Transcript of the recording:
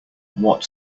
what